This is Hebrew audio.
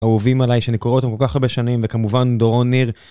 האהובים עליי, שאני קורא אותם כל כך הרבה שנים, וכמובן דורון ניר.